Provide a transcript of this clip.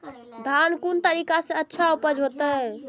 धान कोन तरीका से अच्छा उपज होते?